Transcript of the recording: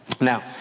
Now